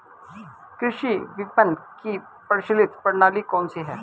कृषि विपणन की प्रचलित प्रणाली कौन सी है?